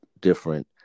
different